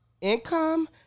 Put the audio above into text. income